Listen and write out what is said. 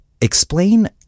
explain